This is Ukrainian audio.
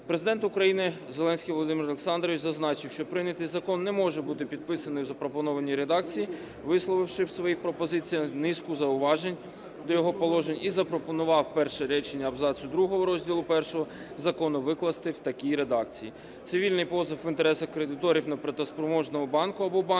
Президент України Зеленський Володимир Олександрович зазначив, що прийнятий закон не буде підписаний у запропонованій редакції, висловивши у своїх пропозиціях низку зауважень до його положень, і запропонував перше речення абзацу другого розділу I викласти в такій редакції. "Цивільний позов в інтересах кредиторів неплатоспроможного банку або банку,